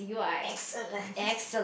excellent